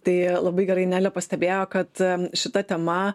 tai labai gerai nelė pastebėjo kad šita tema